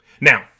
Now